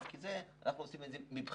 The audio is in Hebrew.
כי את זה אנחנו עושים מבחירה,